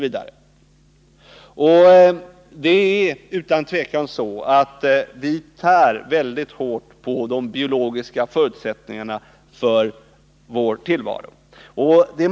Vi tär utan tvivel mycket hårt på de biologiska förutsättningarna för vår tillvaro.